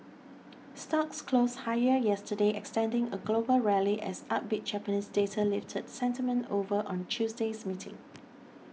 stocks closed higher yesterday extending a global rally as upbeat Japanese data lifted sentiment over on Tuesday's meeting